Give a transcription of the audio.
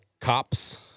cops